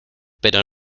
pero